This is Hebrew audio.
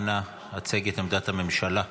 אנא, הצג את עמדת הממשלה.